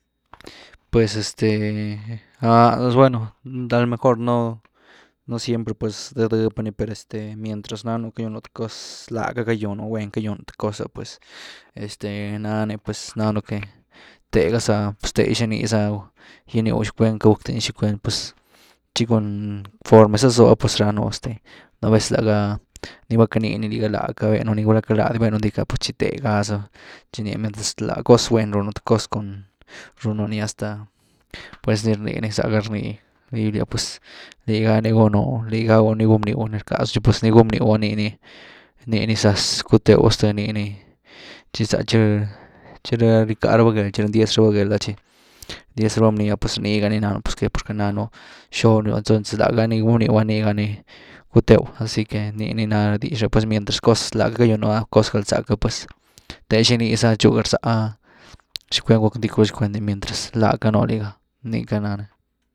Pues este, ¡ah!, pues bueno alo mejor no, no siempre pues dhë dhë pa’ny per este mientras nanu ckayunu th cos, laacka cayunu guen’cka ckayunu th cos’a pues este na’ny nanuu que tegha za’a pues the xini za ginyw tchicuen queity guck dini tchicwen pues tchi cun form mez zazoo pues ránu este nú vezlaa ga ni va canii ni liga, laacka bénuni gulá queity laa di bénu ndiquy’ah pues the tchi tégha zaba tchi nia mientras la cos gwën runú th cos cun ruunu nia hasta, pues nii rnini zagha rni biblia’ah pues ligá ni gunu lighagu ni gunbnyw cun ni rckazu tchi pues ni gunbnyw’a nii ni, nii ni zaz cutew zth nii ni, tchi za tchi rická raba gel, tchi rindiez raba gél’a tchi rindyez raba bni’a pues ni gani nanu pz ¿por que? Porque nánu xob ni ba laa gha ni gunbnyw nii gha ni cutew, asi que nii ni na dix re, pues mientras cos laacka cayunu’a cos galzack ga puesthe xini za tchu garzá chickwen guck ndick gulá chickend ni, mientras laacka nú liga, ni’ca náni.